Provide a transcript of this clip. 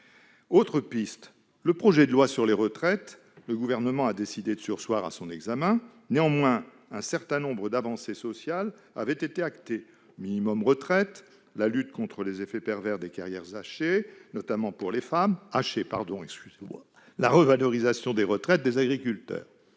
Autre piste : le projet de loi sur les retraites. Le Gouvernement a décidé de surseoir à son examen. Néanmoins, un certain nombre d'avancées sociales avaient été actées : le minimum retraite, la lutte contre les effets pervers des carrières hachées, notamment pour les femmes, et la revalorisation des retraites des agriculteurs.